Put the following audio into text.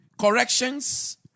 corrections